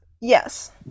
Yes